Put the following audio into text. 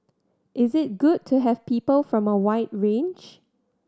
is it good to have people from a wide range